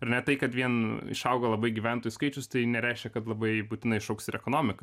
ar ne tai kad vien išaugo labai gyventojų skaičius tai nereiškia kad labai būtinai šauks ir ekonomika